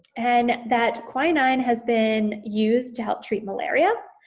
and that quinine has been used to help treat malaria.